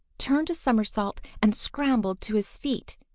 turned a somersault, and scrambled to his feet.